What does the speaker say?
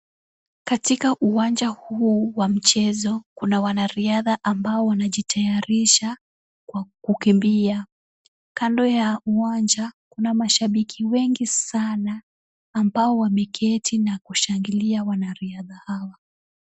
Katika uwanja huu wa mchezo kuna wanariadha ambao wanajitayarisha kwa kukimbia. Kando ya uwanja kuna mashabiki wengi sana ambao wameketi na kushangilia wanariadha hawa.